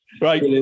Right